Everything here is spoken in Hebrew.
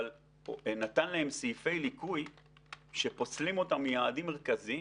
אבל נתן להם סעיפי ליקוי שפוסלים אותם מיעדים מרכזיים.